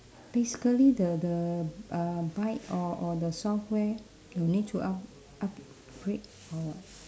basically the the um byte or or the software no need to up~ upgrade or what